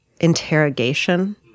interrogation